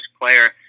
player